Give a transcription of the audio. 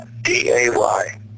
D-A-Y